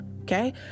Okay